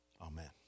Amen